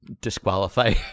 disqualify